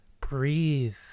Breathe